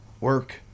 Work